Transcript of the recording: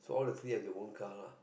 so all the three have their own car lah